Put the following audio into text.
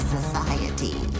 Society